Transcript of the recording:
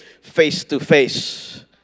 face-to-face